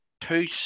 two